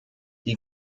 die